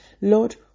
Lord